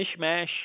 mishmash